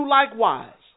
likewise